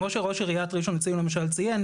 כמו שראש עיריית ראשון לציון ציין,